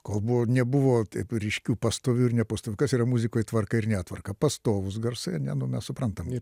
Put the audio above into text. kol buvo nebuvo ryškių pastovių ir nepastovių kas yra muzikoj tvarka ir netvarka pastovūs garsai ane nu mes suprantam